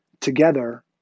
together